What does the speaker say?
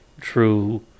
true